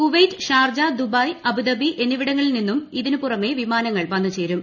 Kuwait Sharjah Dubai Abu Dhabi എന്നിവിടങ്ങളിൽ നിന്നും ഇതിനു പുറമെ വിമാനങ്ങൾ വന്നുചേരും